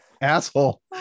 asshole